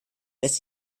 lässt